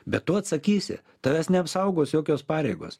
bet tu atsakysi tavęs neapsaugos jokios pareigos